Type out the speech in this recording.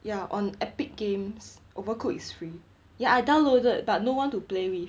ya on epic games overcook is free ya I downloaded but no one to play with